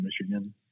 Michigan